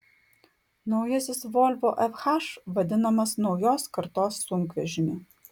naujasis volvo fh vadinamas naujos kartos sunkvežimiu